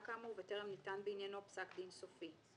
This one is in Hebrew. כאמור וטרם ניתן בעניינו פסק דין סופי.